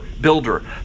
builder